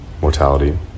mortality